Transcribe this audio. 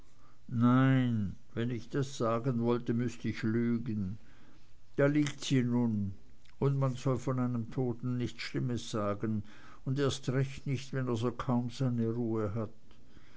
nein wenn ich das sagen wollte müßt ich lügen da liegt sie nun und man soll von einem toten nichts schlimmes sagen und erst recht nicht wenn er so kaum seine ruhe hat